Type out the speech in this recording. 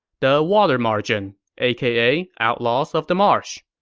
the water margin, aka outlaws of the marsh.